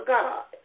God